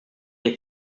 est